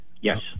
Yes